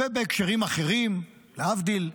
ובהקשרים אחרים, להבדיל,